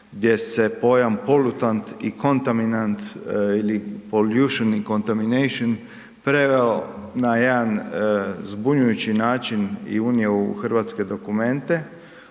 gdje se pojam polutant i kontaminant ili poljušani …/Govornik se ne razumije/…preveo na jedan zbunjujući način i unio u hrvatske dokumente